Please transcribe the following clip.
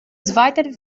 zweiten